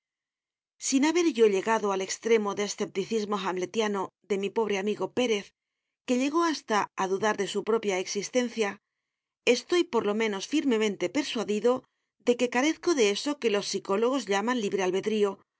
sin haber yo llegado al extremo de escepticismo hamletiano de mi pobre amigo pérez que llegó hasta a dudar de su propia existencia estoy por lo menos firmemente persuadido de que carezco de eso que los psicólogos llaman libre albedrío